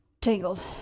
Tangled